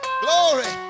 glory